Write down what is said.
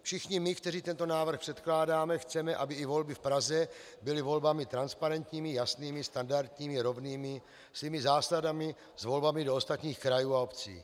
My všichni, kteří tento návrh předkládáme, chceme, aby i volby v Praze byly volbami transparentními, jasnými, standardními, rovnými svými zásadami s volbami do ostatních krajů a obcí.